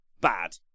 bad